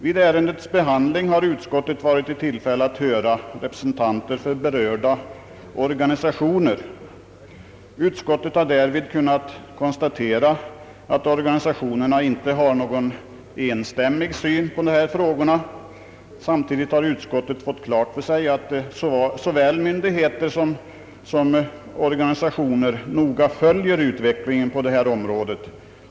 Vid ärendets behandling har utskottet varit i tillfälle att höra representanter för berörda organisationer. Utskottet har därvid kunnat konstatera att organisationerna inte har någon enstämmig syn på dessa frågor. Samtidigt har utskottet fått klart för sig att såväl myndigheter som organisationer noga följer utvecklingen på detta område.